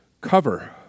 cover